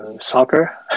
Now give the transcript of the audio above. soccer